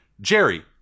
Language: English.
Jerry